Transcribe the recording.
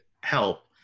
help